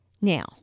Now